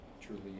truly